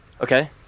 okay